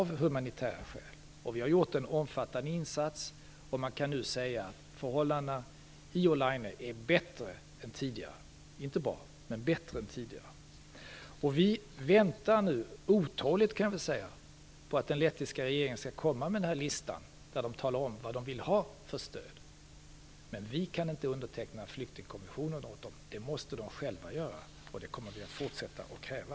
Vi har gjort en omfattande insats, och man kan nu säga att förhållanden i Olaine är bättre än tidigare. De är inte bra, men de är bättre än tidigare. Vi väntar nu otåligt, kan man säga, på att den lettiska regeringen skall komma med en lista där man talar om vad man vill ha för stöd. Men vi kan inte underteckna flyktingkonventionen åt dem. Det måste de själva göra, och det kommer vi att fortsätta att kräva.